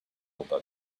about